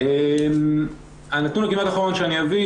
נתון נוסף,